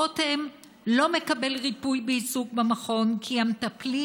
רותם לא מקבל ריפוי בעיסוק במכון כי המטפלים